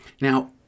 Now